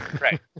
Right